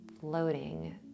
floating